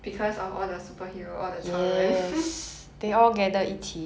because of all the superhero all the 超人